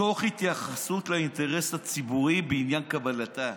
תוך התייחסות לאינטרס הציבורי בעניין קבלתה.